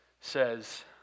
says